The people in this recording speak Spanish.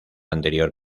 anterior